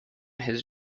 his